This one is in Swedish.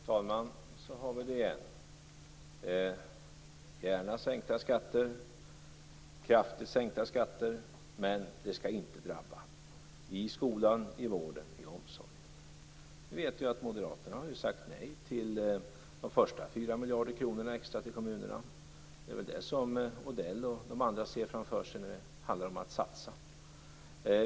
Fru talman! Så hör vi det igen: Gärna kraftigt sänkta skatter, men det skall inte drabba skolan, vården och omsorgen. Vi vet ju att moderaterna har sagt nej till de första 4 miljarder kronorna extra till kommunerna. Det är väl detta som Mats Odell och andra ser framför sig när det handlar om att satsa.